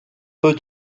peu